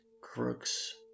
crooks